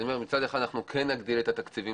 כך שמצד אחד אנחנו כן נגדיל את התקציבים